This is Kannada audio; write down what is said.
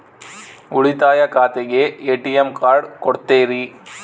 ಉಳಿತಾಯ ಖಾತೆಗೆ ಎ.ಟಿ.ಎಂ ಕಾರ್ಡ್ ಕೊಡ್ತೇರಿ?